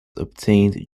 obtained